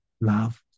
love